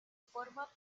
forma